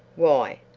why?